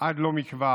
עד לא מכבר,